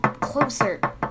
closer